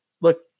look